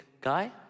guy